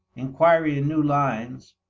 inquiry in new lines,